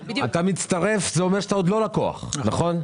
כשאתה מצטרף, זה אומר שאתה עוד לא לקוח, נכון?